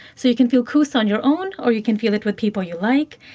so you can feel kos on your own or you can feel it with people you like.